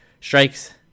strikes